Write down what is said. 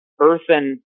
earthen